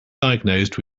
diagnosed